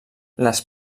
les